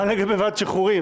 מה לגבי ועדת שחרורים?